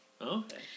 okay